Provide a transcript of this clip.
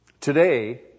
Today